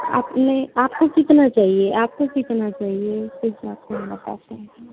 आपने आपको कितना चाहिए आपको कितना चाहिए ठीक है आपको हम बताते हैं